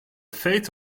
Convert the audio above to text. fate